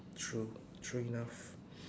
true true enough